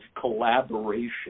collaboration